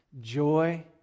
Joy